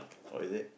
oh is it